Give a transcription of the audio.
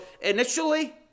initially